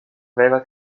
aveva